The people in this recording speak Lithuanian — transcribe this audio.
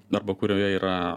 arba kurioje yra